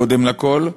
קודם לכול,